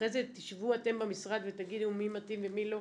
אחרי זה תשבו אתם במשרד ותגידו מי מתאים ומי לא.